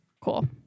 Cool